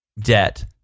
Debt